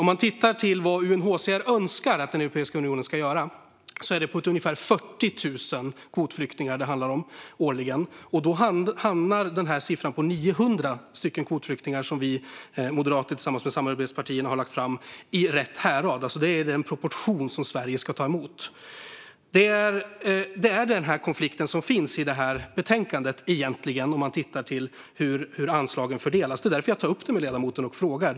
Om man ser på vad UNHCR önskar att Europeiska unionen ska göra kan man se att det handlar om ungefär 40 000 kvotflyktingar årligen. Då hamnar siffran på 900 kvotflyktingar, som vi moderater tillsammans med samarbetspartierna har lagt fram, i rätt härad. Det står i proportion till vad Sverige ska ta emot. Det är egentligen denna konflikt som finns i betänkandet, om man tittar på hur anslagen fördelas. Det är därför jag tar upp detta med ledamoten och frågar.